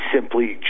simply